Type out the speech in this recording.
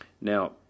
Now